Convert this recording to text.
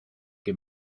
que